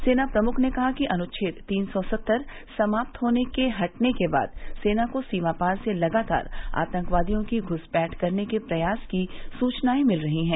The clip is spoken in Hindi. सेना प्रमुख ने कहा कि अनुच्छेद तीन सौ सत्तर समाप्त होने के हटने के बाद सेना को सीमापार से लगातार आतंकवादियों की घुसपैठ करने के प्रयास की सुचनाएं मिल रही हैं